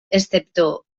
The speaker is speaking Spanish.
excepto